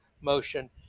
motion